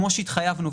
כמו שהתחייבנו,